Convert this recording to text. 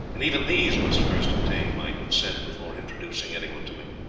and even these must first obtain my consent before introducing anyone to me.